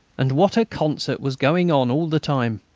and what a concert was going on all the time!